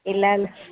ಇಲ್ಲಾಂದ್ರೆ